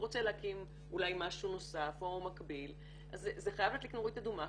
הוא רוצה להקים אולי משהו נוסף או מקביל אז זה חייב להדליק נורית אדומה.